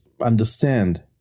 understand